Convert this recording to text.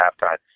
halftime